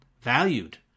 valued